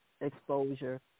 exposure